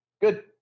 Good